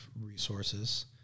resources